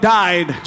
died